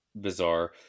bizarre